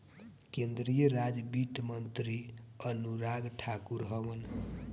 केंद्रीय राज वित्त मंत्री अनुराग ठाकुर हवन